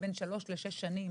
בין 3 -6 שנים.